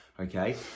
Okay